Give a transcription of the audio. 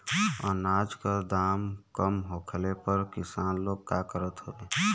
अनाज क दाम कम होखले पर किसान लोग का करत हवे?